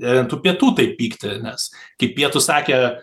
ant tų pietų taip pykti nes kaip pietūs sakė